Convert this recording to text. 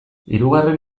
hirugarren